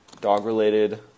dog-related